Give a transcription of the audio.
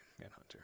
Manhunter